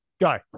Go